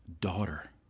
Daughter